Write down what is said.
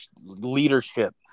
leadership